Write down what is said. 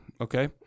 Okay